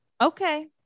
okay